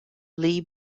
lee